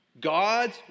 God's